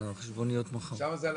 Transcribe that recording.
לא יודע.